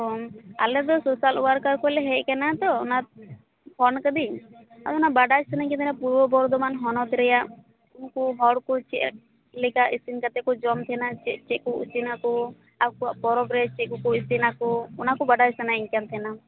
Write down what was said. ᱚ ᱟᱞᱮᱫᱚ ᱥᱚᱥᱟᱞᱣᱟᱨᱠᱟᱨ ᱠᱷᱚᱱ ᱞᱮ ᱦᱮᱡ ᱟᱠᱟᱱᱟ ᱛᱚ ᱚᱱᱟ ᱯᱷᱳᱱ ᱟᱠᱟᱫᱟ ᱧ ᱟᱫᱚ ᱚᱱᱟ ᱵᱟᱰᱟᱭ ᱥᱟ ᱱᱟ ᱧ ᱠᱟᱱ ᱛᱟᱦᱮᱱᱟ ᱯᱩᱨᱵᱚ ᱵᱚᱨᱫᱷᱚᱢᱟᱱ ᱦᱚᱱᱚᱛ ᱨᱮᱭᱟᱜ ᱩᱱᱠᱩ ᱦᱚᱲ ᱠᱚ ᱪᱮᱫ ᱞᱮᱠᱟ ᱤᱥᱤᱱ ᱠᱟᱛᱮ ᱠᱚ ᱡᱚᱢ ᱛᱟᱦᱮᱱᱟ ᱪᱮᱫ ᱪᱮᱫ ᱠᱚ ᱤᱥᱤᱱᱟᱠᱚ ᱟᱠᱚᱣᱟᱜ ᱯᱚᱨᱚᱵ ᱨᱮ ᱪᱮᱫ ᱠᱚ ᱠᱚ ᱤᱥᱤᱱᱟᱠᱚ ᱚᱱᱟᱠᱚ ᱵᱟᱰᱟᱭ ᱥᱟᱱᱟᱭᱤᱧ ᱠᱟᱱ ᱛᱟᱦᱮᱱᱟ